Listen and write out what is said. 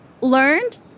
learned